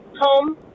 home